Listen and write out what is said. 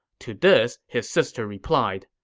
to this, his sister replied,